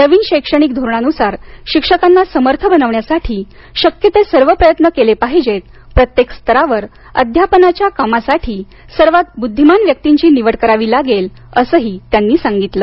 नवीन शैक्षणिक धोरणानुसार शिक्षकांना समर्थ बनविण्यासाठी शक्य ते सर्व प्रयत्न केले पाहिजेत प्रत्येक स्तरावर अध्यापनाच्या कामासाठी सर्वात बुद्धिमान व्यक्तिंची निवड करावी लागेल असंही त्यांनी सांगितलं